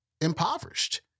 impoverished